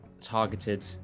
targeted